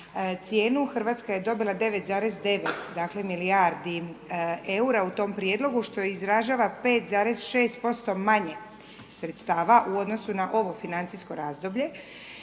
cijenu, RH je dobila 9,9 milijardi eura u tom prijedlogu, što izražava 5,6% manje sredstava u odnosu na ovo financijsko razdoblje.